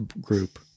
group